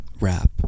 rap